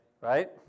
Right